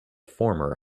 former